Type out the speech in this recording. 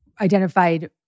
identified